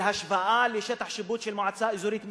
בהשוואה לשטח שיפוט של המועצה האזורית משגב,